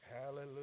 hallelujah